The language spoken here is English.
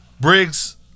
Briggs